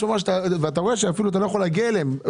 ואתה רואה שאפילו אתה לא יכול להגיע אליהם.